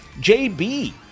JB